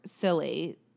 silly